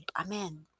Amen